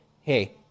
Hey